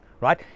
right